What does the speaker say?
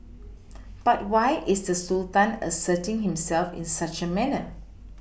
but why is the Sultan asserting himself in such a manner